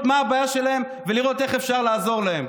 מה הבעיה שלהם ולראות איך אפשר לעזור להם.